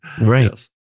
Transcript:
Right